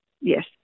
Yes